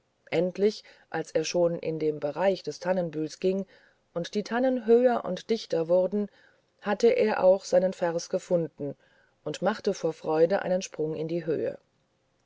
endlich als er schon in dem bereich des tannenbühls ging und die tannen höher und dichter wurden hatte er auch seinen vers gefunden und machte vor freuden einen sprung in die höhe